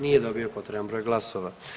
Nije dobio potreban broj glasova.